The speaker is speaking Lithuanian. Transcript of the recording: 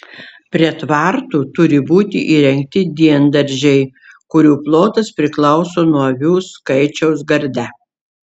prie tvartų turi būti įrengti diendaržiai kurių plotas priklauso nuo avių skaičiaus garde